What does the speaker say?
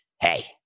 hey